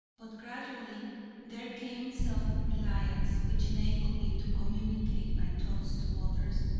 but gradually there came self-reliance, which enabled me to communicate my thoughts to others,